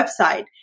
website